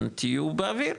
תהיו באוויר,